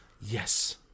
Yes